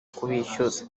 kubishyuza